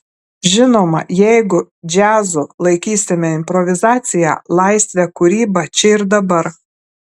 žinoma jeigu džiazu laikysime improvizaciją laisvę kūrybą čia ir dabar